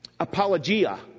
Apologia